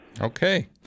Okay